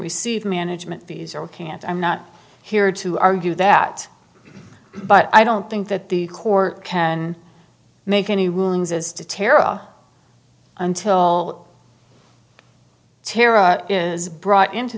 receive management fees or can't i'm not here to argue that but i don't think that the court can make any rulings as to tara until tara is brought into